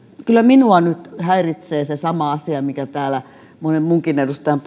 kyllä minua nyt häiritsee se sama asia mikä täällä monen muunkin edustajan